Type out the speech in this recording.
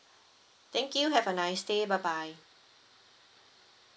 thank you have a nice day bye bye